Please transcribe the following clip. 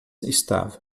estava